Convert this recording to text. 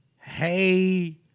hey